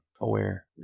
aware